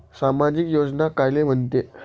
सामाजिक योजना कायले म्हंते?